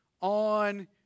on